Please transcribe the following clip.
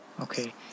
Okay